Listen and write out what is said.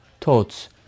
thoughts